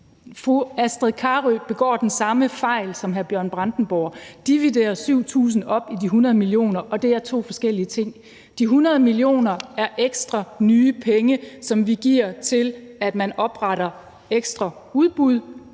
fru Astrid Carøe begår den samme fejl som hr. Bjørn Brandenborg, nemlig at hun dividerer 7.000 op i de 100 mio. kr., men det er to forskellige ting. De 100 mio. kr. er ekstra nye penge, som vi vil give til, at man opretter ekstra udbud